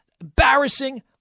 embarrassing